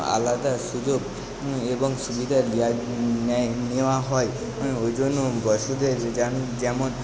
আলাদা সুযোগ এবং সুবিধা দেওয়া নেয় নেওয়া হয় ওই জন্য বয়স্কদের যেমন যেমন